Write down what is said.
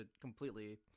completely